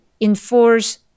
enforce